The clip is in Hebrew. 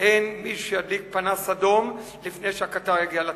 אין מי שידליק פנס אדום לפני שהקטר יגיע לתהום.